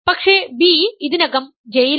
പക്ഷേ B ഇതിനകം J യിലാണ്